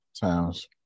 times